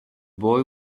boy